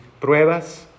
pruebas